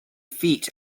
feet